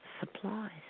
supplies